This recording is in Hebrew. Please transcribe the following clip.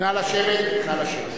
נא לשבת, נא לשבת.